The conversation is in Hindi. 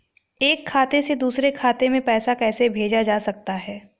एक खाते से दूसरे खाते में पैसा कैसे भेजा जा सकता है?